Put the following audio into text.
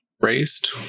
raised